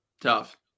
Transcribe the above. tough